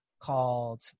called